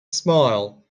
smile